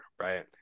right